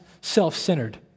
self-centered